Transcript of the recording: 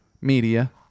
media